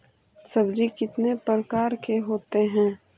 सब्जी कितने प्रकार के होते है?